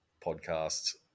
podcasts